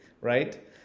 right